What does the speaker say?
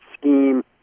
scheme